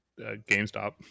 GameStop